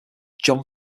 john